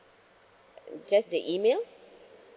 just the email